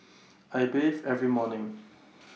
I bathe every morning